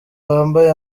bambaye